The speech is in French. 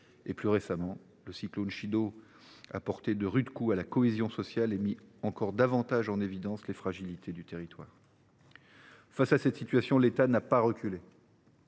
; plus récemment, le cyclone Chido a mis à rude épreuve la cohésion sociale et mis encore davantage en exergue les fragilités du territoire. Face à cette situation, l’État n’a pas reculé.